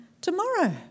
tomorrow